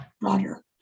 broader